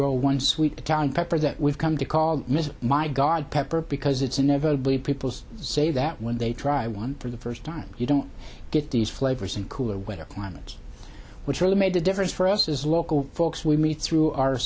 grow one sweet to town pepper that we've come to call ms my god pepper because it's inevitably people say that when they try one for the first time you don't get these flavors and cooler weather climate which really made a difference for us as local folks we meet through our